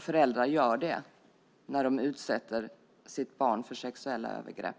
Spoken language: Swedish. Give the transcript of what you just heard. Föräldrar gör det när de utsätter sitt barn för sexuella övergrepp.